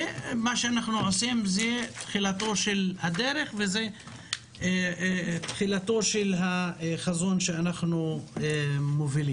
מה שאנחנו עושים זו תחילתה של הדרך וזו תחילתו של החזון שאנחנו מובילים.